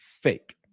fake